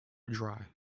dry